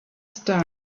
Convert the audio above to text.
star